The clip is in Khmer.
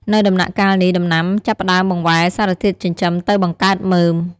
នៅដំណាក់កាលនេះ ដំណាំចាប់ផ្ដើមបង្វែរសារធាតុចិញ្ចឹមទៅបង្កើតមើម។